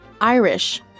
Irish